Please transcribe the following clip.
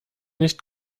nicht